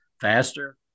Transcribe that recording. faster